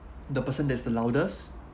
the person that is the loudest